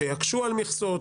שיקשו על מכסות,